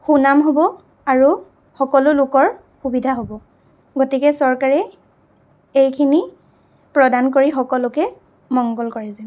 সুনাম হ'ব আৰু সকলো লোকৰ সুবিধা হ'ব গতিকে চৰকাৰে এইখিনি প্ৰদান কৰি সকলোকে মংগল কৰে যেন